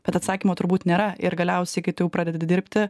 bet atsakymo turbūt nėra ir galiausiai kai tu jau pradedi dirbti